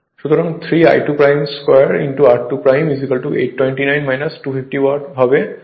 সুতরাং 3 I2 2 r2829 250 হবে